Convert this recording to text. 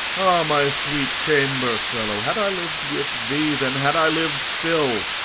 my sweet chamber-fellow, had i lived with thee, then had i lived still!